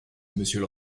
monsieur